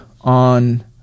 on